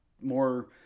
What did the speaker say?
more